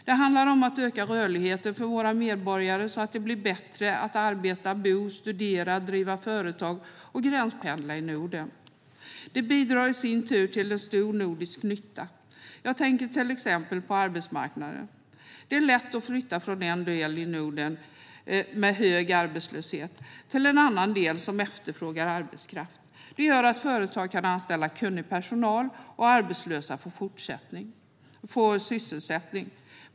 Det handlar om att öka rörligheten för våra medborgare så att det blir bättre att arbeta, bo, studera, driva företag och gränspendla i Norden. Det bidrar i sin tur till en stor nordisk nytta. Jag tänker till exempel på arbetsmarknaden. Det är lätt att flytta från en del av Norden med hög arbetslöshet till en annan del som efterfrågar arbetskraft. Det gör att företag kan anställa kunnig personal och att arbetslösa får sysselsättning.